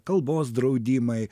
kalbos draudimai